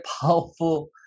powerful